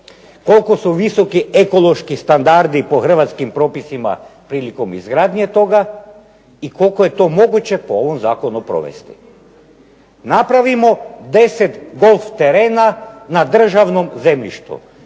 koliko su visoki ekološki standardi po hrvatskim propisima prilikom izgradnje toga i koliko je to moguće po ovom zakonu provesti. Napravimo 10 golf terena na državnom zemljištu